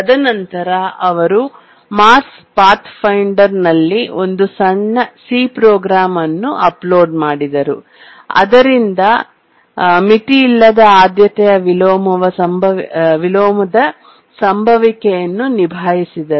ತದನಂತರ ಅವರು ಮಾರ್ಸ್ ಪಾಥ್ಫೈಂಡರ್ನಲ್ಲಿ ಒಂದು ಸಣ್ಣ ಸಿ ಪ್ರೋಗ್ರಾಂ ಅನ್ನು ಅಪ್ಲೋಡ್ ಮಾಡಿದರು ಇದರಿಂದ ಮಿತಿಯಿಲ್ಲದ ಆದ್ಯತೆಯ ವಿಲೋಮವ ಸಂಭವಿಕೆಯನ್ನು ನಿಭಾಯಿಸಿದರು